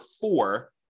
four